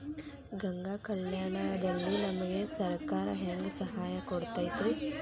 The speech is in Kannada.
ಗಂಗಾ ಕಲ್ಯಾಣ ದಲ್ಲಿ ನಮಗೆ ಸರಕಾರ ಹೆಂಗ್ ಸಹಾಯ ಕೊಡುತೈತ್ರಿ?